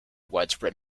widespread